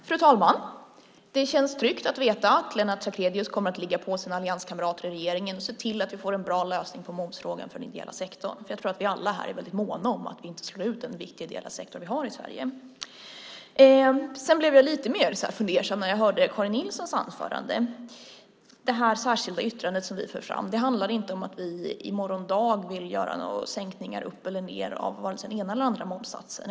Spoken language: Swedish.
Fru talman! Det känns tryggt att veta att Lennart Sacrédeus kommer att ligga på sina allianskamrater i regeringen och se till att vi får en bra lösning på momsfrågan för den ideella sektorn. Jag tror att vi alla här är väldigt måna om att inte slå ut den viktiga ideella sektorn som vi har i Sverige. Jag blev lite mer fundersam när jag hörde Karin Nilssons anförande. Det särskilda yttrande som vi för fram handlar inte om att vi i morgon dag vill göra sänkningar uppåt eller nedåt av vare sig den ena eller den andra momssatsen.